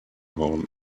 home